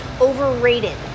overrated